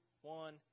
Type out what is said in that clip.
one